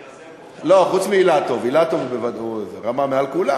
לא, חוץ מאילטוב, אילטוב הוא רמה מעל כולם.